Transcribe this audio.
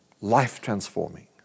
life-transforming